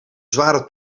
zware